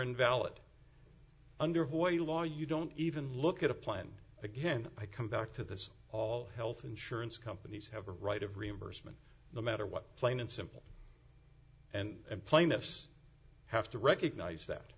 invalid under avoid a law you don't even look at a plan again i come back to this all health insurance companies have a right of reimbursement no matter what plain and simple and plaintiffs have to recognize that